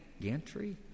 Gantry